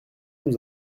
nous